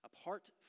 Apart